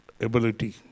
ability